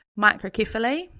Microcephaly